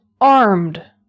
armed